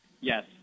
Yes